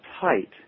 tight